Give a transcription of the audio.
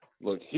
Look